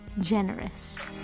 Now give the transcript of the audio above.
generous